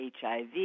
HIV